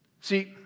See